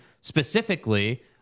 specifically